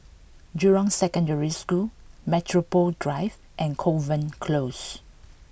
Jurong Secondary School Metropole Drive and Kovan Close